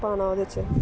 पाना ओह्दे च